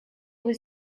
was